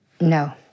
No